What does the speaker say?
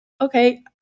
Okay